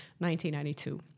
1992